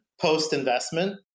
post-investment